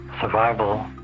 Survival